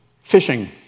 Fishing